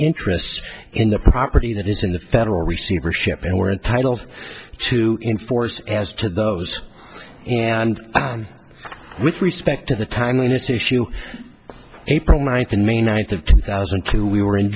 interests in the property that is in the federal receivership and we're entitled to enforce as to those and with respect to the timeliness issue april ninth in may ninth of two thousand and two we were